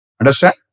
Understand